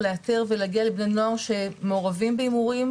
מבחינת היכולת שלנו לאתר ולהגיע לבני נוער שמעורבים בהימורים,